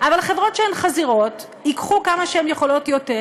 אבל חברות שהן חזירות ייקחו כמה שהן יכולות יותר,